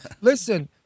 listen